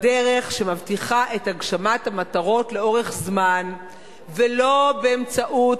בדרך שמבטיחה את הגשמת המטרות לאורך זמן ולא באמצעות